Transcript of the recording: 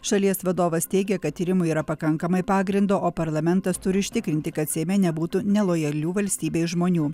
šalies vadovas teigia kad tyrimui yra pakankamai pagrindo o parlamentas turi užtikrinti kad seime nebūtų nelojalių valstybei žmonių